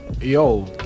Yo